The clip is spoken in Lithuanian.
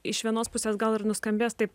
iš vienos pusės gal ir nuskambės taip